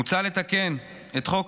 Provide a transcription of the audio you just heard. מוצע לתקן את חוק